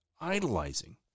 idolizing